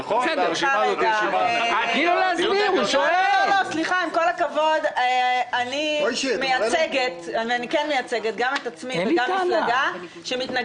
אין להם אישור ניהול תקין אבל הגשת מסמכים זה אישור חלופי שנותנים